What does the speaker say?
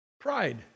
Pride